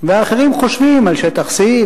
ואחרים חושבים על שטח C,